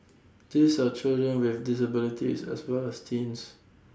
these are children with disabilities as well as teens